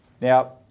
Now